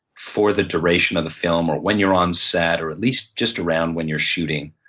for the duration of the film or when you're onset, or at least just around when you're shooting.